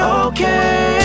okay